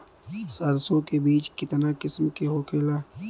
सरसो के बिज कितना किस्म के होखे ला?